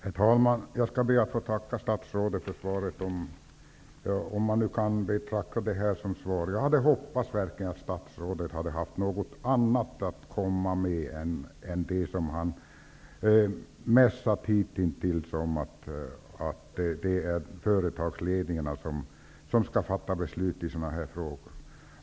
Herr talman! Jag skall be att få tacka statsrådet för svaret, om det nu kan betraktas som ett svar. Jag hade verkligen hoppats att statsrådet hade haft något annat att komma med än det som han hittills har mässat om, att det är företagsledningarna som skall fatta beslut i sådana här frågor.